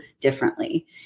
differently